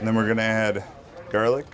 and then we're going to add garlic